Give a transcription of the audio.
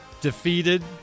defeated